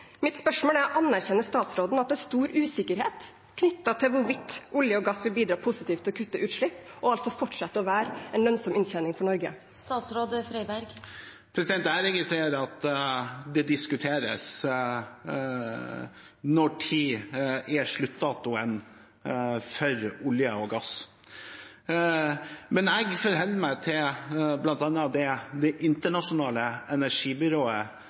Mitt spørsmål er: Anerkjenner statsråden at det er stor usikkerhet knyttet til hvorvidt olje og gass vil bidra positivt til å kutte utslipp, og altså fortsette å være en lønnsom inntjening for Norge? Jeg registrerer at det diskuteres når sluttdatoen for olje og gass vil være. Men jeg forholder med til det som bl.a. Det internasjonale energibyrået,